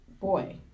boy